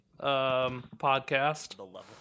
podcast